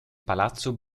palazzo